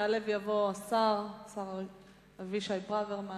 יעלה ויבוא השר אבישי ברוורמן.